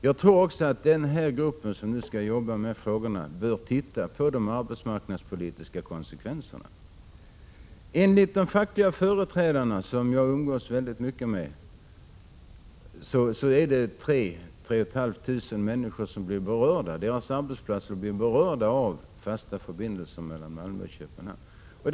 Jag tror att den grupp som skall arbeta med frågorna också bör studera de arbetsmarknadspolitiska konsekvenserna. Enligt de fackliga företrädarna, som jag umgås väldigt mycket med, kommer 3 000-3 500 att beröras. Det finns alltså arbetsplatser som blir berörda av fasta förbindelser mellan Malmö och Köpenhamn.